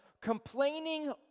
complaining